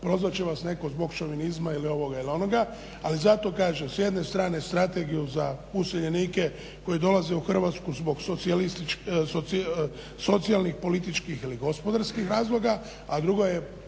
prozvat će vas netko zbog šovinizma ili ovoga ili onoga. Ali zato kažem, s jedne strane strategiju za useljenike koji dolaze u Hrvatsku zbog socijalnih, političkih ili gospodarskih razloga, a druga je